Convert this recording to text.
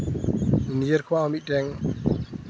ᱱᱤᱦᱟᱹᱨ ᱠᱚᱣᱟᱜ ᱦᱚᱸ ᱢᱤᱫᱴᱮᱱ